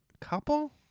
couple